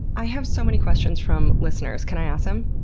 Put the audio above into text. i have so many questions from listeners. can i ask them?